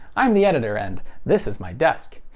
i'm the editor, and this is my desk.